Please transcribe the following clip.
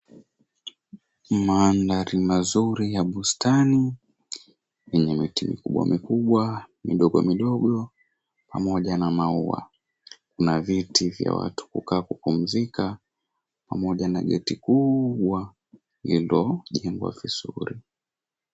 Mandhari mazuri ya bustani yenye miti mikubwa mikubwa, midogo midogo pamoja na maua, kuna viti vya watu kukaa kupumzika pamoja na geti kubwa iliyojengwa vizuri.